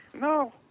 no